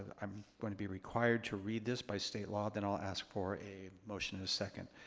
i'm going to be required to read this by state law. then i'll ask for a motion to second.